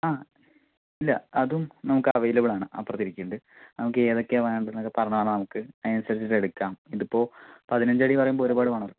ആ ഇല്ല അതും നമുക്കവൈലബിളാണ് അപ്പുറത്തിരിക്കുന്നുണ്ട് നമുക്കെതക്കെയാ വേണ്ടേന്നക്ക പറഞ്ഞ്തന്നാ നമുക്ക് അതിനനുസരിച്ചിട്ട് എടുക്കാം ഇതിപ്പോ പതിനഞ്ചടി പറയുമ്പോ ഒരുപാട് വേണോല്ലോ